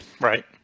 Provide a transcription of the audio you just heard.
Right